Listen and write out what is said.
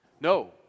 No